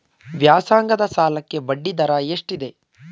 ವ್ಯಾಸಂಗದ ಸಾಲಕ್ಕೆ ಬಡ್ಡಿ ದರ ಎಷ್ಟಿದೆ?